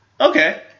Okay